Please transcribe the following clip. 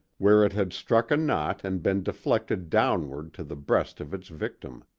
where it had struck a knot and been deflected downward to the breast of its victim.